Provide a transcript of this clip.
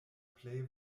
plej